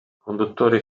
conduttori